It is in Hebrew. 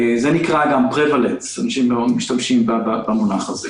זה נקרא גם Prevalence, אנשים משתמשים במונח הזה.